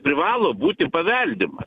privalo būti paveldimas